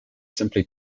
simply